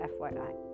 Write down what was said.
FYI